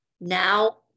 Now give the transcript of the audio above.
Now